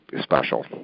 special